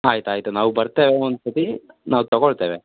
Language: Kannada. ಆಯಿತು ಆಯಿತು ನಾವು ಬರ್ತೇವೆ ಒಂದು ಸತಿ ನಾವು ತೊಗೊಳ್ತೇವೆ